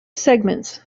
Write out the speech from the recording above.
segments